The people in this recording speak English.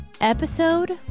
episode